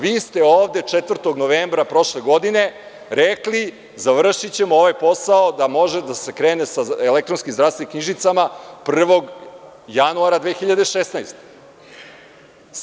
Vi ste ovde 4. novembra prošle godine rekli – završićemo ovaj posao da može da se krene sa elektronskim zdravstvenim knjižicama 1. januara 2016. godine.